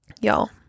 y'all